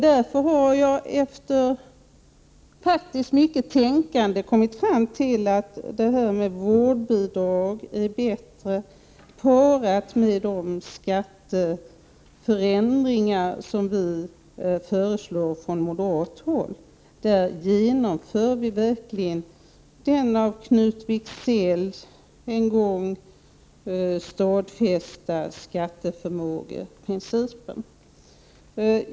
Därför har jag, faktiskt efter mycket tänkande, kommit fram till att vårdbidrag är bättre parat med de skatteförändringar som vi föreslår från moderat håll. Med det förslaget skulle vi verkligen genomföra den av Knut Wixell en gång stadfästa skatteförmågeprincipen.